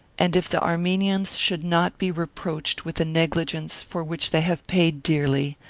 and if the armenians should not be reproached with a negligence for which they have paid dearly,